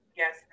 yes